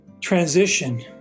transition